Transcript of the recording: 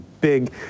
big